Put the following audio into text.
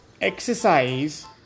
exercise